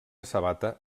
sabata